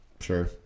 sure